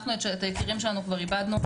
אנחנו את היקירים שלנו כבר איבדנו,